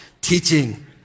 teaching